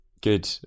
Good